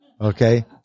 Okay